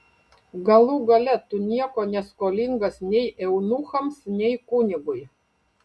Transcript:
galų gale tu nieko neskolingas nei eunuchams nei kunigui